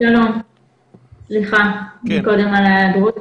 זה צריך להיות בהקדם האפשרי בנסיבות העניין.